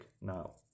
now